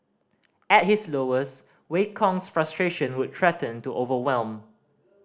at his lowest Wei Kong's frustration would threaten to overwhelm